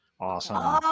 Awesome